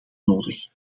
nodig